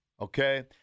okay